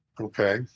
okay